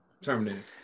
terminated